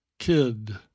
Kid